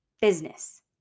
business